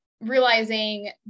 realizing